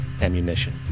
ammunition